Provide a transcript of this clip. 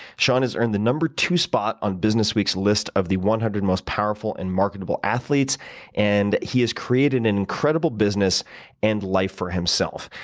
shaun has earned the number two spot on business week's list of the top one hundred most powerful and remarkable athletes and he has created an incredible business and life for himself.